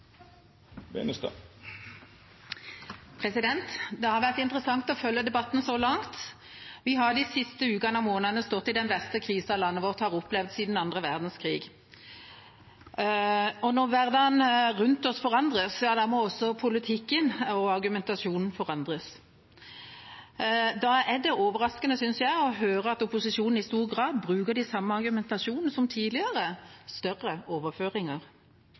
Det har vært interessant å følge debatten så langt. Vi har de siste ukene og månedene stått i den verste krisen landet har opplevd siden andre verdenskrig, og når hverdagen rundt oss forandres, må også politikken og argumentasjonen forandres. Da er det overraskende, synes jeg, å høre at opposisjonen i stor grad bruker den samme argumentasjonen som tidligere: større overføringer.